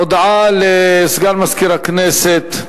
הודעה לסגן מזכירת הכנסת.